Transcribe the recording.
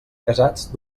casats